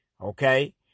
okay